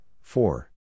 four